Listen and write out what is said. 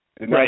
Right